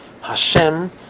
hashem